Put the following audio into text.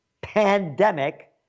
pandemic